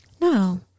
No